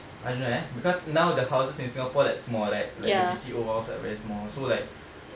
I don't know eh because now the houses in singapore like small right like the B_T_O house like very small so like